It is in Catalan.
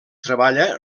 treballa